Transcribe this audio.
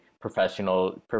professional